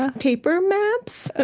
ah paper maps.